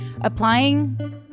applying